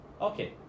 Okay